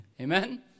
Amen